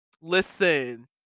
listen